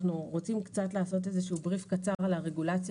אנחנו רוצים לעשות איזשהו בריף קצר על הרגולציה